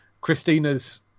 christina's